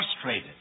frustrated